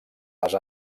les